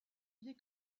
idée